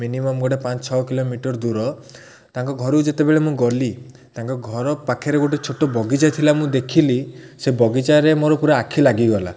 minimum ଗୋଟେ ପାଞ୍ଚ ଛଅ କିଲୋମିଟର ଦୂର ତାଙ୍କ ଘରୁକୁ ଯେତେବେଳେ ମୁଁ ଗଲି ତାଙ୍କ ଘର ପାଖରେ ଗୋଟେ ଛୋଟ ବଗିଚା ଥିଲା ମୁଁ ଦେଖିଲି ସେ ବଗିଚାରେ ମୋର ପୁରା ଆଖି ଲାଗିଗଲା